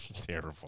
Terrible